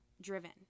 driven